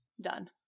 done